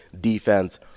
defense